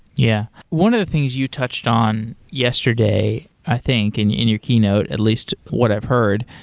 yeah. one of the things you touched on yesterday, i think, in in your keynote, at least what i've heard.